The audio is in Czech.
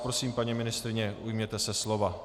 Prosím vás, paní ministryně, ujměte se slova.